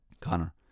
Connor